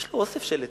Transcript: יש לו אוסף של עטים?